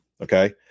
Okay